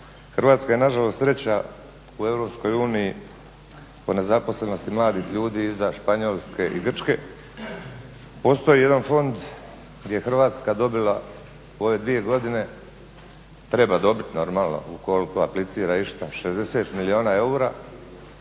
Hrvatska je nažalost 3. u EU po nezaposlenosti mladih ljudi iza Španjolske i Grčke. Postoji jedan fond gdje je Hrvatska dobila u ove dvije godine, treba dobiti normalno u koliko aplicira išta, 60 milijuna eura.